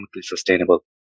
sustainable